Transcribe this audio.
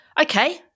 okay